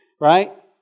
right